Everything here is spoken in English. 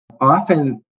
often